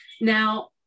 now